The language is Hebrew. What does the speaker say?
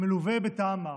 מלווה בטעם מר.